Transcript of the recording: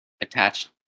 attached